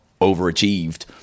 overachieved